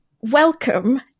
welcome